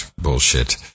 bullshit